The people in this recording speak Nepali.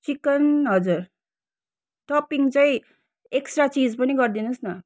चिकन हजर टपिङचैँ एक्स्ट्रा चिज पनि गर्दिनुहोस् न